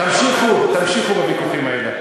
תמשיכו, תמשיכו בוויכוחים האלה.